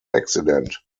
accident